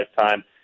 lifetime